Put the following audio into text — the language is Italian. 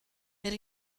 per